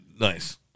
Nice